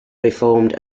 reformed